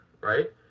right